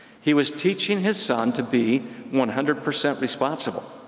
he was teaching his son to be one hundred percent responsible.